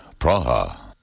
Praha